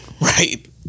Right